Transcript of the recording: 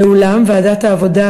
ואולם ועדת העבודה,